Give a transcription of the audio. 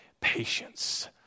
patience